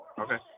okay